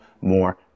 more